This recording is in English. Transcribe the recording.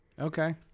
Okay